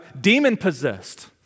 demon-possessed